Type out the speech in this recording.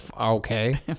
okay